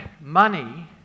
money